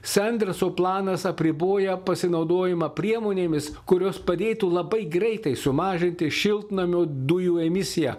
sanderso planas apriboja pasinaudojimą priemonėmis kurios padėtų labai greitai sumažinti šiltnamio dujų emisiją